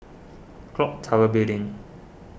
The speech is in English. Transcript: Clock Tower Building